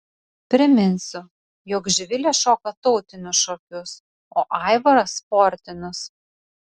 priminsiu jog živilė šoka tautinius šokius o aivaras sportinius